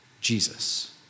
Jesus